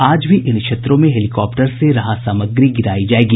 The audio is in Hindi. आज भी इन क्षेत्रों में हेलीकॉप्टरों से राहत सामग्री गिराई जायेगी